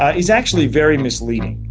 ah is actually very misleading.